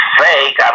fake